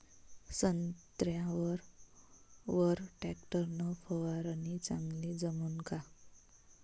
संत्र्यावर वर टॅक्टर न फवारनी चांगली जमन का?